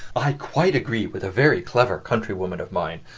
i quite agree with a very clever countrywoman of mine,